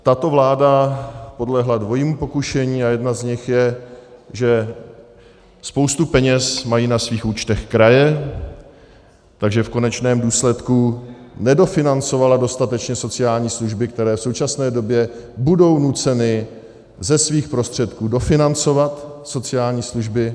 Tato vláda podlehla dvojímu pokušení a jedno z nich je, že spoustu peněz mají na svých účtech kraje, takže v konečném důsledku nedofinancovala dostatečně sociální služby, které v současné době budou nuceny ze svých prostředků dofinancovat sociální služby.